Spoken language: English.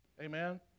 Amen